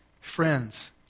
Friends